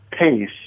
pace